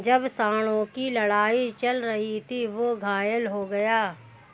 जब सांडों की लड़ाई चल रही थी, वह घायल हो गया